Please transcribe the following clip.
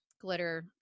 glitter